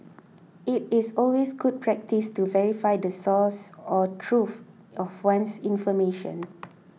it is always good practice to verify the source or truth of one's information